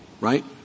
right